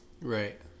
Right